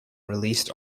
released